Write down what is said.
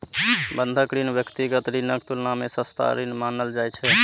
बंधक ऋण व्यक्तिगत ऋणक तुलना मे सस्ता ऋण मानल जाइ छै